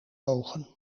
ogen